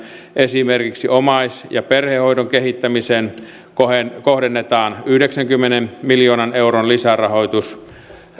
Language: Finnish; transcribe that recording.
esimerkiksi omais ja perhehoidon kehittämiseen kohdennetaan yhdeksänkymmenen miljoonan euron lisärahoitus